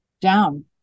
down